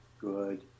Good